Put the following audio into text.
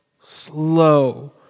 slow